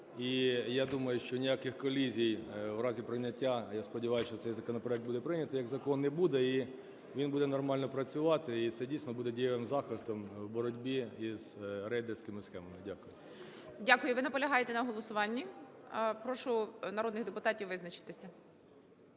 я думаю, що ніяких колізій в разі прийняття, (а я сподіваюсь, що цей законопроект буде прийнятий як закон), не буде, і він буде нормально працювати. І це дійсно буде дієвим захистом в боротьбі із рейдерськими схемами. Дякую. ГОЛОВУЮЧИЙ. Дякую. Ви наполягаєте на голосуванні? Прошу народних депутатів визначитися.